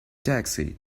taxi